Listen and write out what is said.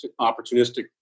opportunistic